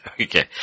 Okay